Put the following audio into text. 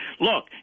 Look